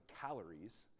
calories